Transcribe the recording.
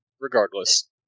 regardless